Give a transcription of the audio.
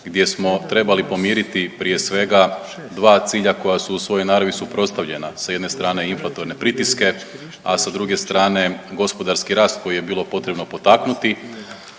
gdje smo trebali pomiriti prije svega dva cilja koja su u svojoj naravi suprotstavljena. Sa jedne strane inflatorne pritiske, a sa druge strane gospodarski rast koji je bilo potrebno potaknuti.